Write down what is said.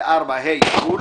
ו-(4)(ה) יחול,